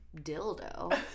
dildo